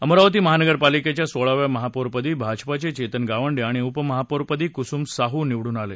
अमरावती महानगरपालिकेच्या सोळाव्या महापौरपदी भाजपाचे चेतन गावंडे आणि उपमहापौरपदी कुसुम साहू निवडून आले